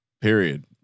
Period